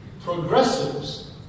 progressives